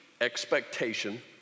expectation